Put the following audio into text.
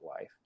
life